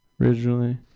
originally